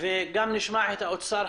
ונשמע את האוצר.